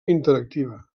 interactiva